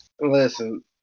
Listen